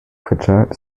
prichard